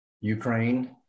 Ukraine